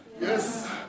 Yes